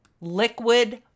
liquid